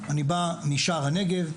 אני בא משער הנגב,